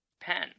pen